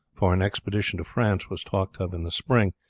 for an expedition to france was talked of in the spring,